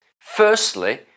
Firstly